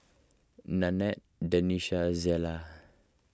Nanette Denisha Zella